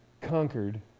conquered